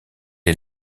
est